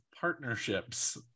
partnerships